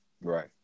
Right